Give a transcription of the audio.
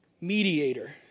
mediator